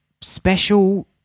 special